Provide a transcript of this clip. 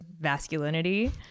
masculinity